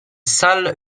salle